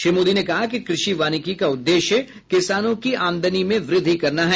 श्री मोदी ने कहा कि कृषि वानिकी का उद्देश्य किसानों की आमदनी में वृद्धि करना है